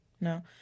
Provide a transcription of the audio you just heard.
No